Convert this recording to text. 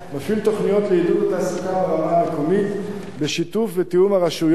מפעיל תוכניות לעידוד התעסוקה ברמה הארגונית בשיתוף ותיאום הרשויות,